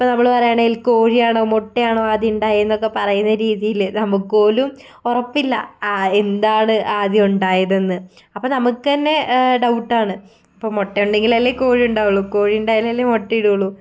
ഇപ്പം നമ്മൾ പറയുകയാണേൽ കോഴിയാണോ മുട്ടയാണോ ആദ്യം ഉണ്ടായതെന്നൊക്കെ പറയുന്ന രീതിയിൽ നമുക്കുപോലും ഉറപ്പില്ല എന്താണ് ആദ്യം ഉണ്ടായതെന്ന് അപ്പം നമുക്ക് തന്നെ ഡൗട്ടാണ് ഇപ്പം മുട്ട ഉണ്ടെങ്കിലല്ലേ കോഴി ഉണ്ടാവുകയുള്ളൂ കോഴി ഉണ്ടായാലല്ലേ മുട്ട ഇടൂള്ളൂ